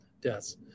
deaths